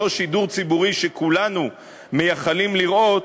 אותו שידור ציבורי שכולנו מייחלים לראות,